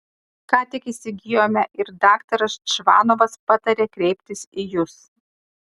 ką tik įsigijome ir daktaras čvanovas patarė kreiptis į jus